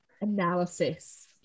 analysis